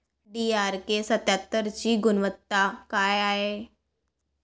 DRK सत्यात्तरची गुनवत्ता काय हाय?